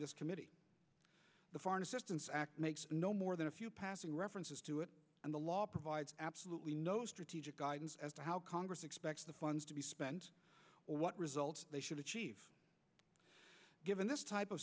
this committee the foreign assistance act makes no more than a few passing references to it and the law provides absolutely no strategic guidance as to how congress expects the funds to be spent or what results they should achieve given this type of